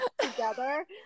together